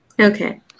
Okay